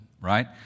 right